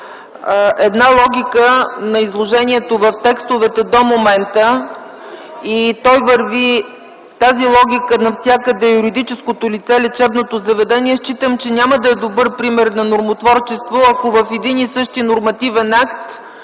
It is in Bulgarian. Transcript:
една логика на изложението в текстовете до момента и тази логика навсякъде е юридическото лице, лечебното заведение, считам, че няма да е добър пример на нормотворчество, ако в един и същи нормативен акт